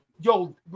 yo